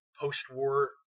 post-war